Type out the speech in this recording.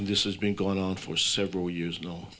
and this has been going on for several years no